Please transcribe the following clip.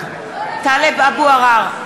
טלב אבו עראר,